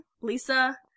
Lisa